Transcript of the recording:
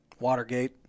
Watergate